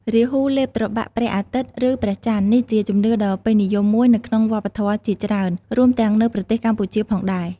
រាហ៊ូលេបត្របាក់ព្រះអាទិត្យឬព្រះច័ន្ទ នេះជាជំនឿដ៏ពេញនិយមមួយនៅក្នុងវប្បធម៌ជាច្រើន រួមទាំងនៅប្រទេសកម្ពុជាផងដែរ ។